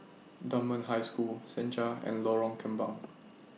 Dunman High School Senja and Lorong Kembang